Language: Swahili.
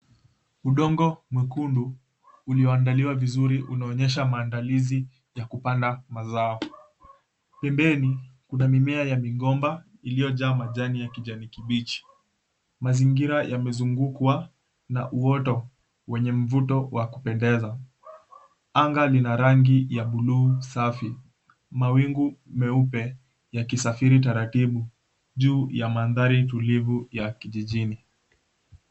Udongo mwekundu ulioandaliwa vizuri unaonyesha maandalizi ya kupanda mazao. Pembeni kuna mimea ya migomba iliyojaa majani ya kijani kibichi. Mazingira yamezungukwa na uoto wenye mvuto wa kupendeza anga lina rangi ya buluu safi, mawingu meupe yakisafiri taratibu juu ya mandhari tulivu ya kijijini.